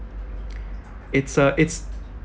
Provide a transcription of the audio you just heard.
it's a it's